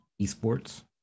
esports